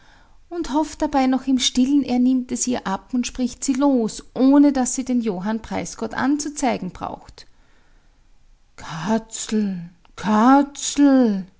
und hofft dabei noch im stillen er nimmt es ihr ab und spricht sie los ohne daß sie den johann preisgott anzuzeigen braucht katzel katzel